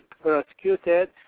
prosecuted